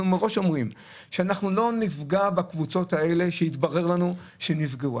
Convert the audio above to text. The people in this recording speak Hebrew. שאנחנו לא נפגע בקבוצות האלה שהתברר לנו שנפגעו.